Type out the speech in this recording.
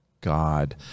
god